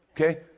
Okay